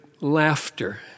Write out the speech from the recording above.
laughter